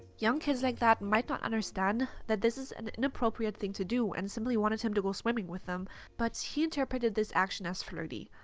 young kids like that might not understand that this is an inappropriate thing to do and simply wanted him to go swimming with but he interpreted this action as flirty.